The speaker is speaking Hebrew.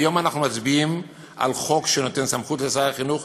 היום אנחנו מצביעים על חוק שנותן סמכות לשר החינוך